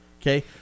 Okay